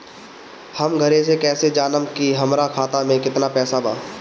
हम घरे से कैसे जानम की हमरा खाता मे केतना पैसा बा?